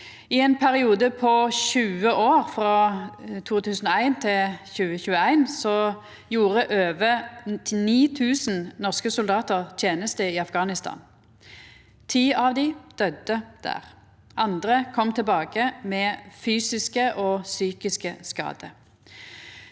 I ein periode på 20 år, frå 2001 til 2021, gjorde over 9 000 norske soldatar teneste i Afghanistan. Ti av dei døydde der. Andre kom tilbake med fysiske og psykiske skadar.